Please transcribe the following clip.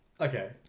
Okay